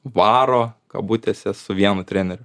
varo kabutėse su vienu treneriu